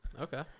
Okay